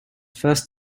first